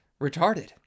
retarded